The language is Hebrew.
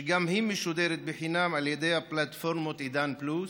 שגם היא משודרת חינם על ידי הפלטפורמות עידן פלוס,